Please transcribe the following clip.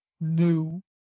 new